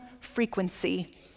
frequency